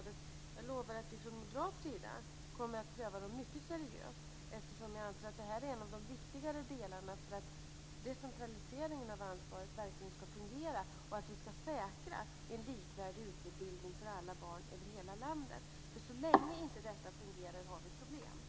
Jag lovar att vi från moderat sida kommer att pröva dem mycket seriöst eftersom vi anser att detta är en av de viktigare delarna för att decentraliseringen av ansvaret verkligen ska fungera och att vi ska säkra en likvärdig utbildning för alla barn över hela landet. Så länge detta inte fungerar har vi problem.